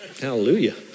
Hallelujah